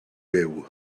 fyw